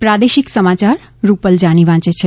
પ્રાદેશિક સમાચાર રૂપલ જાની વાંચ છે